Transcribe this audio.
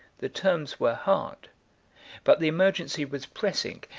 the terms were hard but the emergency was pressing,